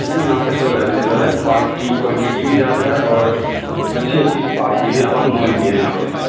نہیں یہاں پہ سب اویلیبل ہے پارک کی کوانٹٹی بھی زیادہ ہے اور اچھی اچھی پارک بھی ہیں اور مال بھی ہیں یہاں پہ